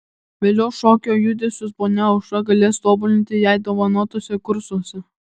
vėliau šokio judesius ponia aušra galės tobulinti jai dovanotuose kursuose